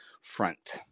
front